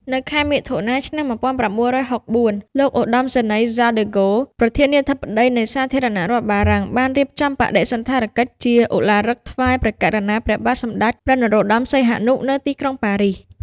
នៅខែមិថុនា ឆ្នាំ១៩៦៤ លោកឧត្តមសេនីយ៍ សាល ដឺហ្គោល ប្រធានាធិបតីនៃសាធារណរដ្ឋបារាំងបានរៀបចំបដិសណ្ឋារកិច្ចជាឧឡារិកថ្វាយ ព្រះករុណា ព្រះបាទសម្តេចព្រះនរោត្តម សីហនុ នៅទីក្រុងប៉ារីស។